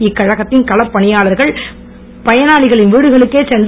இக்கழகத்தின் களப் பணியாளர்கள் பயனாளிகளின் வீடுகளுக்கே சென்று